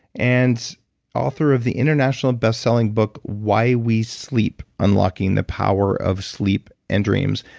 and author of the international best-selling book why we sleep unlocking the power of sleep and dreams,